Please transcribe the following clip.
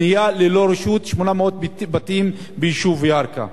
בנייה ללא רשות, 800 בתים ביישוב ירכא.